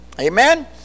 Amen